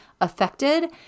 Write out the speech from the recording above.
affected